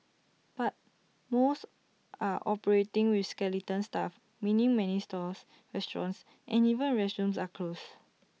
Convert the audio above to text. but most are operating with skeleton staff meaning many stores restaurants and even restrooms are closed